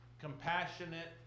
compassionate